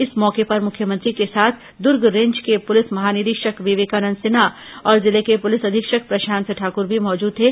इस मौके पर मुख्यमंत्री के साथ दुर्ग रेंज के पुलिस महानिरीक्षक विवेकानंद सिन्हा और जिले के पुलिस अधीक्षक प्रशांत ठाकुर भी मौजूद थे